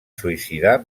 suïcidar